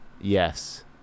Yes